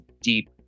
deep